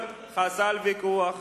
חסל ויכוח.